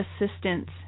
assistance